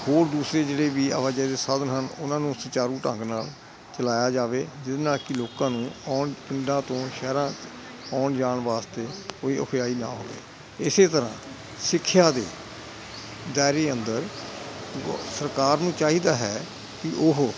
ਹੋਰ ਦੂਸਰੇ ਜਿਹੜੇ ਵੀ ਆਵਾਜਾਈ ਦੇ ਸਾਧਨ ਹਨ ਉਹਨਾਂ ਨੂੰ ਸੁਚਾਰੂ ਢੰਗ ਨਾਲ ਚਲਾਇਆ ਜਾਵੇ ਜਿਹਦੇ ਨਾਲ ਕਿ ਲੋਕਾਂ ਨੂੰ ਆਉਣ ਪਿੰਡਾਂ ਤੋਂ ਸ਼ਹਿਰਾਂ ਆਉਣ ਜਾਣ ਵਾਸਤੇ ਕੋਈ ਔਖਿਆਈ ਨਾ ਹੋਵੇ ਇਸ ਤਰ੍ਹਾਂ ਸਿੱਖਿਆ ਦੀ ਤਿਆਰੀ ਅੰਦਰ ਗੋ ਸਰਕਾਰ ਨੂੰ ਚਾਹੀਦਾ ਹੈ ਕਿ ਉਹ